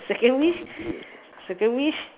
second wish second wish